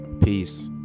Peace